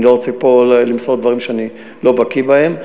אני לא רוצה למסור פה דברים שאני לא בקי בהם.